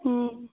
ᱦᱮᱸ ᱦᱮᱸ